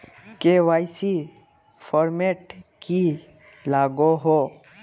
KYC format की लागोहो?